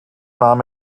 nahm